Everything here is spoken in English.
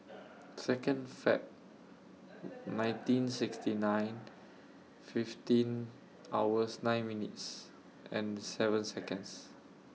Second Feb nineteen sixty nine fifteen hours nine minutes and seven Seconds